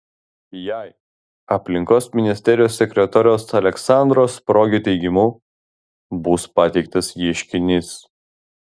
jai aplinkos ministerijos sekretoriaus aleksandro spruogio teigimu bus pateiktas ieškinys